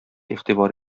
игътибар